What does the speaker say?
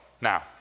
Now